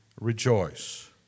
Rejoice